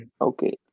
Okay